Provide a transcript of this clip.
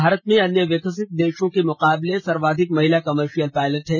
भारत में अन्य विकसित देशों के मुकाबले सर्वाधिक महिला कमर्शियल पायलट है